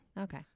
Okay